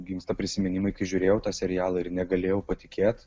gimsta prisiminimai kai žiūrėjau tą serialą ir negalėjau patikėt